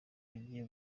agiye